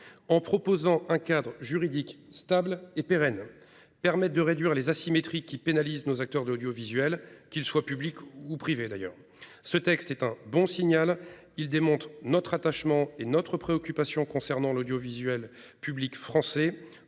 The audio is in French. en proposant un cadre juridique stable et pérenne, qui permette de réduire les asymétries pénalisant nos acteurs de l'audiovisuel, qu'ils soient publics ou privés d'ailleurs. Ce texte est un bon signal. Il démontre notre attachement et notre préoccupation concernant l'audiovisuel français.